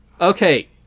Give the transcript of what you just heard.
Okay